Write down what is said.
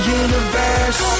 universe